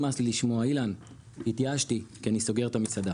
נמאס לי לסגור את המסעדה